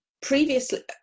previously